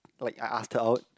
like I asked her out